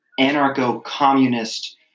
anarcho-communist